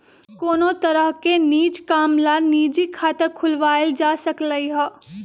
कोनो तरह के निज काम ला निजी खाता खुलवाएल जा सकलई ह